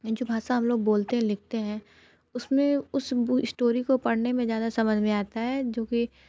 जो भाषा हम लोग बोलते हैं लिखते हैं उसमें उस इस्टोरी को पढ़ने में ज़्यादा समझ में आता है जो कि